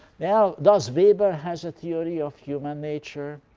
well does weber has a theory of human nature?